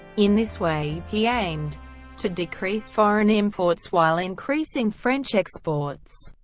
in this way, he aimed to decrease foreign imports while increasing french exports,